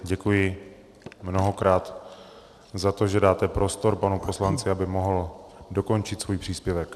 Děkuji mnohokrát za to, že dáte prostor panu poslanci, aby mohl dokončit svůj příspěvek.